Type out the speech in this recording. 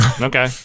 Okay